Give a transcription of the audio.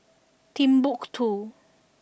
Timbuk Two